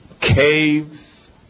caves